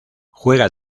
juega